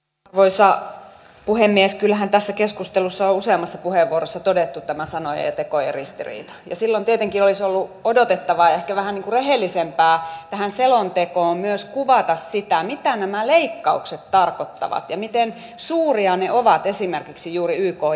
kyllähän tässä keskustelussa on useammassa puheenvuorossa todettu tämä sanojen ja tekojen ristiriita ja silloin tietenkin olisi ollut odotettavaa ja ehkä vähän niin kuin rehellisempää tähän selontekoon myös kuvata sitä mitä nämä leikkaukset tarkoittavat ja miten suuria ne ovat esimerkiksi juuri yk järjestöjen osalta